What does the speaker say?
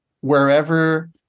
wherever